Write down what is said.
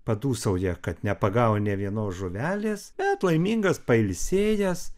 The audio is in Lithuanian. padūsauja kad nepagavo nė vienos žuvelės bet laimingas pailsėjęs